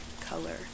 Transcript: color